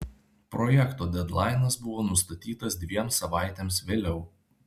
projekto dedlainas buvo nustatytas dviem savaitėms vėliau